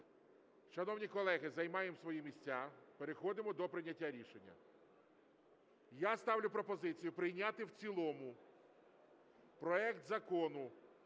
Шановні колеги, займаємо свої місця, переходимо до прийняття рішення. Я ставлю пропозицію прийняти в цілому проект Закону